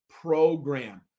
program